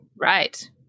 right